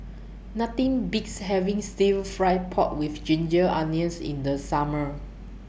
Nothing Beats having Stir Fried Pork with Ginger Onions in The Summer